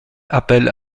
appelle